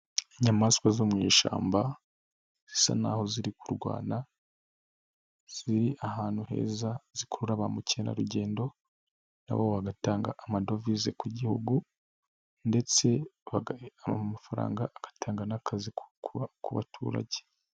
Inyamaswa zo mu ishyamba zisa naho ziri kurwana, ziri ahantu heza zikurura ba mukerarugendo, nabo bagatanga amadovize ku gihugu ndetse ayo mafaranga agatanga n'akazi ku baturage.